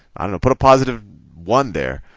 and and put a positive one there.